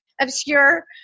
obscure